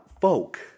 folk